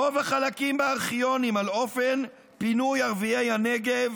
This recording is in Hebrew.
רוב החלקים בארכיונים על אופן פינוי ערביי הנגב